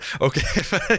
Okay